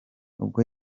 ubwo